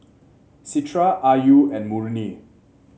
Citra Ayu and Murni